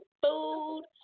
food